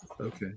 Okay